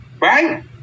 Right